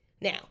Now